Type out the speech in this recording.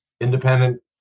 independent